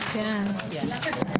בשעה